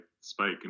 spike